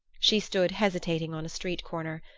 she stood hesitating on a street corner.